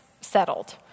settled